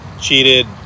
cheated